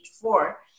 four